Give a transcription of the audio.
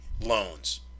loans